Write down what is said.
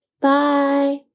Bye